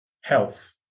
health